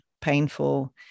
painful